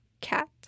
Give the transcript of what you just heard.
cat